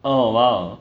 oh !wow!